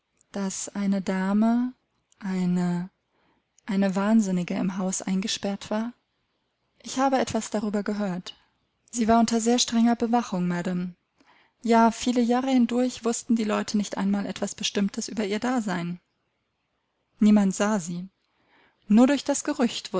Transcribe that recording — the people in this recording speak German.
daß eine dame eine eine wahnsinnige im hause eingesperrt war ich habe etwas darüber gehört sie war unter sehr strenger bewachung madam ja viele jahre hindurch wußten die leute nicht einmal etwas bestimmtes über ihr dasein niemand sah sie nur durch das gerücht